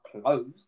closed